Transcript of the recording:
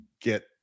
get